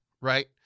right